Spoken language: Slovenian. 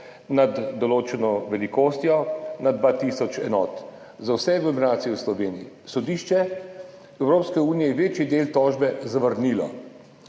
nad določeno velikostjo, nad 2 tisoč enot, za vse aglomeracije v Sloveniji. Sodišče Evropske unije je večji del tožbe zavrnilo.